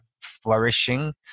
flourishing